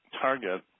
target